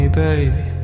baby